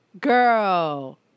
Girl